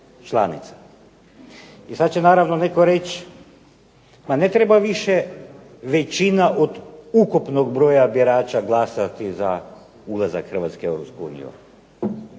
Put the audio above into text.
I sada će naravno netko reći, ma ne treba više većina od ukupnog broja birača glasati za ulazak Hrvatske u Europsku